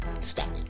Stop